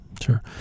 Sure